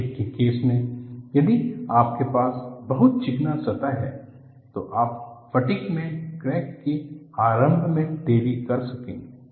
fatigue के case में यदि आपके पास बहुत चिकना सतह है तो आप फटिग में क्रैक के आरभ में देरी कर सकेंगे